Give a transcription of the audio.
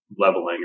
leveling